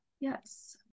yes